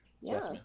Yes